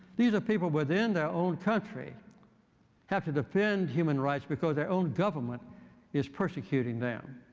these are people within their own country have to defend human rights, because their own government is persecuting them.